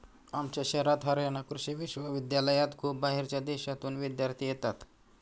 आमच्या शहरात हरयाणा कृषि विश्वविद्यालयात खूप बाहेरच्या देशांतून विद्यार्थी येतात